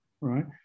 right